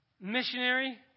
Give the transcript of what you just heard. missionary